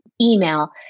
email